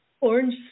orange